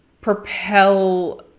propel